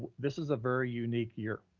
this is a very unique year.